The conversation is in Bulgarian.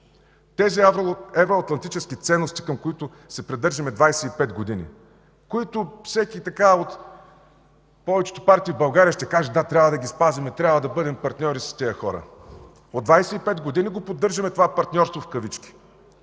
тези евроатлантически ценности, към които се придържаме 25 години, всяка от повечето партии в България ще каже: „Да, трябва да ги спазим! Трябва да бъдем партньори с тези хора!”. От 25 години го поддържаме това „партньорство”. Хайде,